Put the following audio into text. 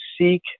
seek